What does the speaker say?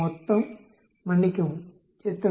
மொத்தம் மன்னிக்கவும் எத்தனை